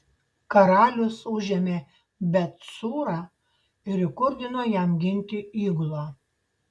karalius užėmė bet cūrą ir įkurdino jam ginti įgulą